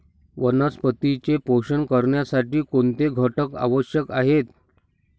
वनस्पतींचे पोषण करण्यासाठी कोणते घटक आवश्यक आहेत?